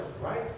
right